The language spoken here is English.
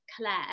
Claire